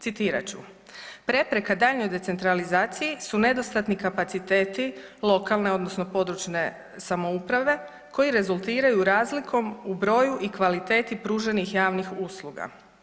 Citirat ću: „Prepreka daljnjoj decentralizaciji su nedostatni kapaciteti lokalne odnosno područne samouprave koji rezultiraju razlikom u broju i kvaliteti pruženih javnih usluga.